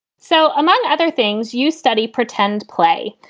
so among other things, you study, pretend, play.